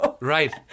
Right